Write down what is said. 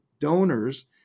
donors